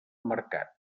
mercat